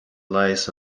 lies